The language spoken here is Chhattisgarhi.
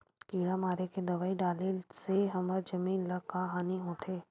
किड़ा मारे के दवाई डाले से हमर जमीन ल का हानि होथे?